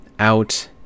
out